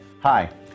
Hi